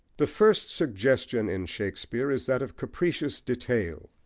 the first suggestion in shakespeare is that of capricious detail,